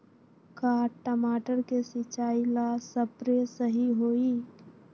का टमाटर के सिचाई ला सप्रे सही होई?